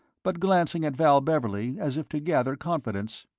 but glancing at val beverley as if to gather confidence.